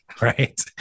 right